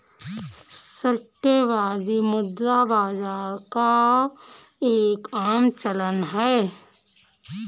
सट्टेबाजी मुद्रा बाजार का एक आम चलन है